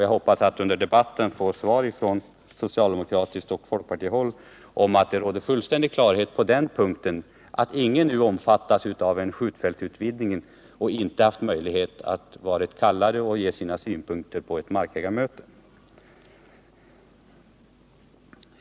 Jag hoppas att under debatten från socialdemokratiskt och folkpartistiskt håll få svaret att det råder fullständig klarhet på den punkten, så att alla som nu berörs av en skjutfältsutvidgning har varit kallade till ett markägarmöte och haft möjlighet att där framföra sina synpunkter.